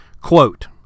quote